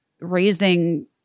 raising